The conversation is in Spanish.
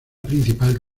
principal